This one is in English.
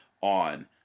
on